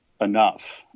enough